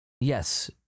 Yes